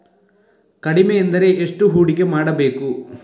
ಕಡಿಮೆ ಎಂದರೆ ಎಷ್ಟು ಹೂಡಿಕೆ ಮಾಡಬೇಕು?